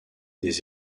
des